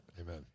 Amen